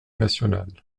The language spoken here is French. nationale